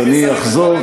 אני מסלף את דבריך?